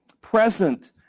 present